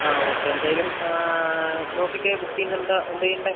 ആ ഓക്കെ എന്തായാലും നോക്കിയിട്ട് ബുക്ക് ചെയ്യുന്നുണ്ടോ എന്താ ചെയ്യണ്ടേ